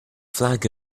flag